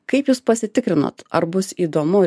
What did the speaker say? kaip jūs pasitikrinot ar bus įdomu